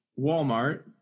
Walmart